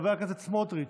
חבר הכנסת סמוטריץ'